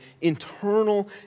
internal